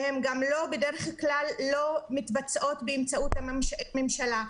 ובדרך כלל הן גם לא מתבצעות באמצעות הממשלה.